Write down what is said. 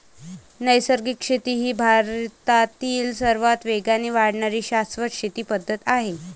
नैसर्गिक शेती ही भारतातील सर्वात वेगाने वाढणारी शाश्वत शेती पद्धत आहे